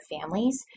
families